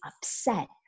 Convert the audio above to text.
upset